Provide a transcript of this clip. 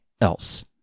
else